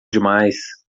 demais